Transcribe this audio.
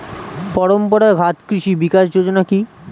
পরম্পরা ঘাত কৃষি বিকাশ যোজনা কি?